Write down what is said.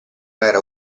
era